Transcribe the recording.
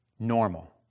normal